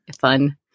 fun